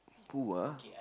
who ah